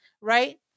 Right